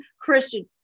Christian